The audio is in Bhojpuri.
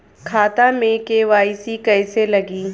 खाता में के.वाइ.सी कइसे लगी?